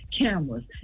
cameras